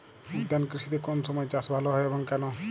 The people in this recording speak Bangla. উদ্যান কৃষিতে কোন সময় চাষ ভালো হয় এবং কেনো?